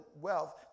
wealth